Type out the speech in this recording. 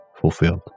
fulfilled